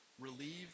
relieve